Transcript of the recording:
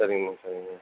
சரிங்க மேம் சரிங்க மேம்